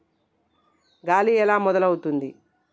గాలి ఎలా మొదలవుతుంది?